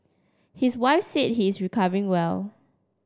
his wife said he is recovering well